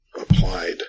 applied